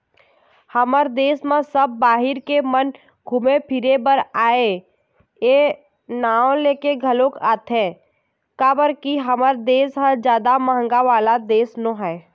हमर देस म सब बाहिर के मन घुमे फिरे बर ए नांव लेके घलोक आथे काबर के हमर देस ह जादा महंगा वाला देय नोहय